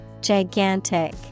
Gigantic